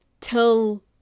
Till